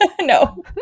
No